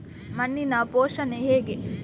ಮಣ್ಣಿನ ಪೋಷಣೆ ಹೇಗೆ?